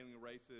races